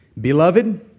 Beloved